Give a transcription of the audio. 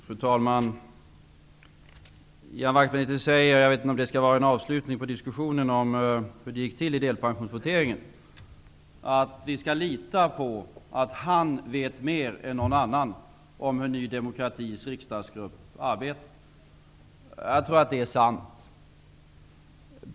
Fru talman! Ian Wachtmeister säger -- jag vet inte om det skall vara en avslutning av diskussionen om hur det gick till i delpensionsvoteringen -- att vi skall lita på att han vet mer än någon annan om hur Ny demokratis riksdagsgrupp arbetar. Jag tror att det är sant.